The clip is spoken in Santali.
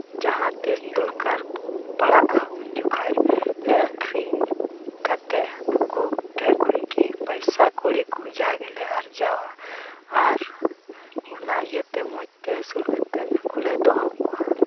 ᱡᱟᱦᱟᱸ ᱛᱤᱥ ᱫᱚᱨᱠᱟᱨ ᱯᱟᱲᱟᱜᱼᱟ ᱩᱱ ᱡᱚᱠᱷᱚᱱ ᱞᱮ ᱟᱹᱠᱷᱨᱤᱧ ᱠᱟᱛᱮᱫ ᱩᱱᱠᱩ ᱴᱷᱮᱱ ᱠᱷᱚᱱ ᱜᱮ ᱯᱚᱭᱥᱟ ᱠᱩᱲᱤ ᱠᱚ ᱡᱟ ᱜᱮᱞᱮ ᱟᱨᱡᱟᱣᱟ ᱟᱨ ᱚᱱᱟ ᱤᱭᱟᱹ ᱛᱮ ᱢᱚᱡᱽ ᱛᱮ ᱟᱹᱥᱩᱞ ᱠᱟᱛᱮᱫ ᱱᱩᱠᱩ ᱞᱮ ᱫᱚᱦᱚ ᱠᱚᱣᱟ